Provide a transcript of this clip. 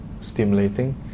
stimulating